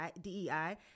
dei